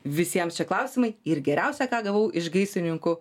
visiems čia klausimai ir geriausia ką gavau iš gaisrininkų